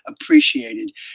appreciated